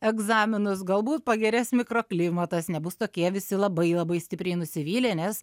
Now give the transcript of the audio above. egzaminus galbūt pagerės mikroklimatas nebus tokie visi labai labai stipriai nusivylę nes